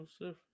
Joseph